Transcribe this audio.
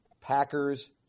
Packers